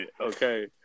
okay